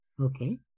Okay